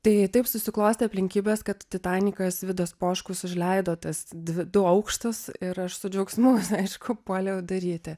tai taip susiklostė aplinkybės kad titanikas vidas poškus užleido tas dvi du aukštas ir aš su džiaugsmu aišku puoliau daryti